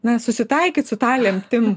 na susitaikyt su ta lemtim